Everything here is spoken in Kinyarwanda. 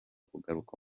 kugaruka